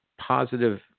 positive